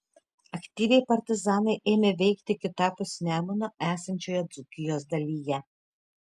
aktyviai partizanai ėmė veikti kitapus nemuno esančioje dzūkijos dalyje